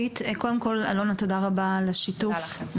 ו' תודה רבה על השיתוף,